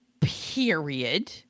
period